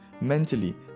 mentally